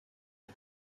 les